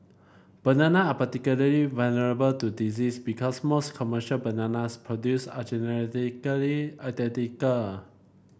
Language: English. banana are particularly vulnerable to disease because most commercial bananas produced are genetically identical